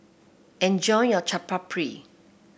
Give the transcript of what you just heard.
enjoy your Chaat Papri